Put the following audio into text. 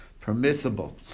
permissible